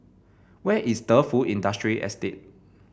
where is Defu Industrial Estate